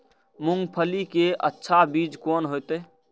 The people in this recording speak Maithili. मूंगफली के अच्छा बीज कोन होते?